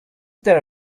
there